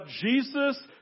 Jesus